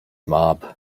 mob